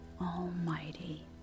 Almighty